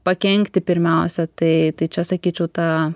pakenkti pirmiausia tai tai čia sakyčiau ta